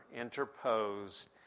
interposed